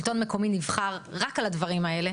שלטון מקומי נבחר רק על הדברים האלה,